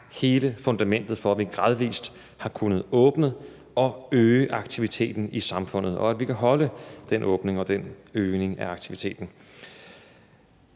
hele fundamentet for, at vi gradvis har kunnet åbne og øge aktiviteten i samfundet, og at vi kan fastholde den åbning og forøgelse af aktiviteten.